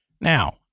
Now